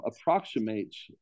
approximates